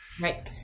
Right